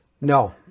No